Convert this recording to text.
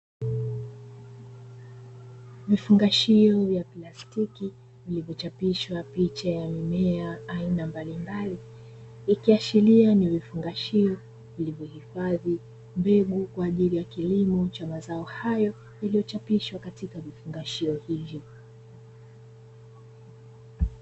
Vifungashio vya plastiki vilivyochapishwa picha ya mimea aina mbalimbali ,ikiashiria ni vifungashio vilivyohifadhi mbegu kwa ajili ya kilimo cha mazao hayo, yaliyochapishwa katika vifungashio hivyo.